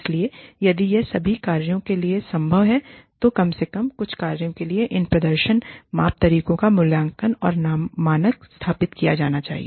इसलिए यदि यह सभी कार्यों के लिए संभव नहीं है तो कम से कम कुछ कार्यों के लिए इन प्रदर्शन माप तरीकों का मूल्यांकन और मानक स्थापित किए जाना चाहिए